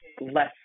less